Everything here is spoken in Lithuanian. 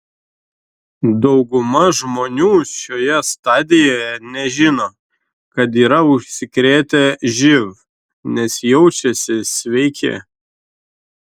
dauguma žmonių šioje stadijoje nežino kad yra užsikrėtę živ nes jaučiasi sveiki